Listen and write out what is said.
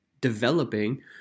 developing